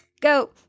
go